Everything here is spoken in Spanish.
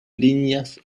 líneas